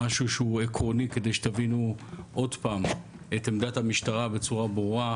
משהו שהוא עקרוני כדי שתבינו עוד פעם את עמדת המשטרה בצורה ברורה,